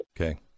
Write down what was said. Okay